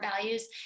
values